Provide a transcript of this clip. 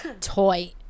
Toy